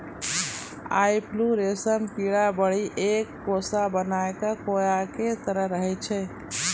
ई पिल्लू रेशम कीड़ा बढ़ी क एक कोसा बनाय कॅ कोया के तरह रहै छै